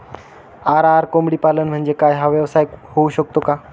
RR कोंबडीपालन म्हणजे काय? हा व्यवसाय होऊ शकतो का?